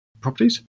properties